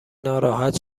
ناراحت